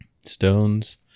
stones